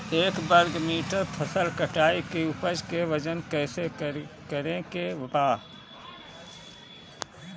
एक वर्ग मीटर फसल कटाई के उपज के वजन कैसे करे के बा?